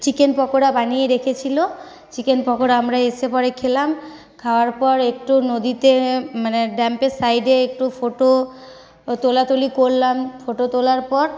chicken pakora বানিয়ে রেখেছিলো chicken pakora আমরা এসে পরে খেলাম খাওয়ার পর একটু নদীতে মানে ড্যামের সাইডে একটু ফোটো তোলা তুলি করলাম ফোটো তোলার পর